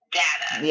data